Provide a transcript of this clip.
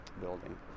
building